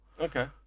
Okay